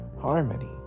harmony